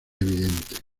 evidente